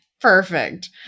Perfect